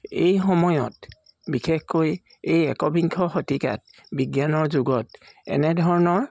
এই সময়ত বিশেষকৈ এই একবিংশ শতিকাত বিজ্ঞানৰ যুগত এনেধৰণৰ